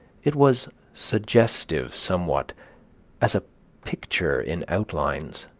it was suggestive somewhat as a picture in outlines.